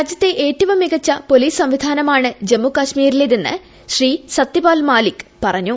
രാജ്യത്തെ ഏറ്റവും മികച്ച പൊലീസ് സംവിധാനമാണ് ജമ്മു കശ്മിരിലേതെന്ന് ശ്രീ സത്യപാൽ മാലിക് പറഞ്ഞു